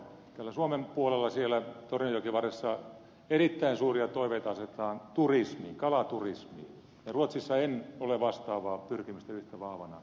täällä suomen puolella siellä torniojoki varressa erittäin suuria toiveita asetetaan kalaturismiin ja ruotsissa en ole vastaavaa pyrkimystä yhtä vahvana nähnyt